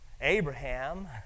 Abraham